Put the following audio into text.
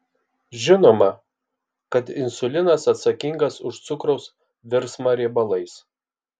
žinoma kad insulinas atsakingas už cukraus virsmą riebalais